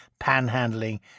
panhandling